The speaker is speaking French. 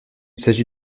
s’agit